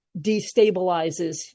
destabilizes